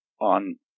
on